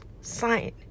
sign